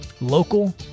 local